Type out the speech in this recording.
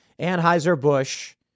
Anheuser-Busch